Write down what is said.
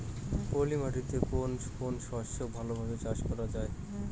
পলি মাটিতে কোন কোন শস্য ভালোভাবে চাষ করা য়ায়?